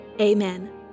Amen